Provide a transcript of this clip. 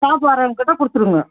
staff வர்றவங்ககிட்ட கொடுத்துடுங்கள்